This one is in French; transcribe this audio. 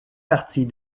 partie